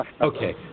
Okay